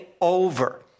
over